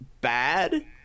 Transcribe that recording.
bad